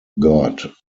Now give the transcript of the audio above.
god